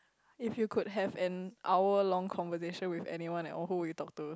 if you could have an hour long conversation with anyone at all who would you talk to